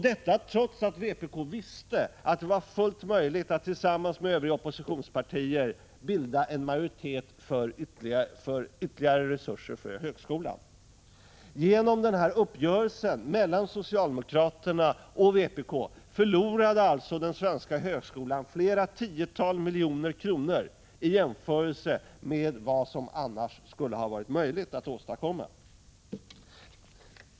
Detta trots att vpk visste att det var fullt möjligt att tillsammans med övriga oppositionspartier bilda en majoritet för ytterligare resurser till högskolan. Genom uppgörelsen mellan socialdemokraterna och vpk förlorade alltså den svenska högskolan flera tiotal miljoner kronor i jämförelse med vad som annars skulle ha varit möjligt att erhålla.